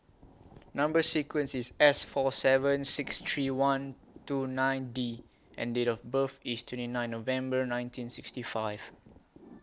Number sequence IS S four seven six three one two nine D and Date of birth IS twenty nine November nineteen sixty five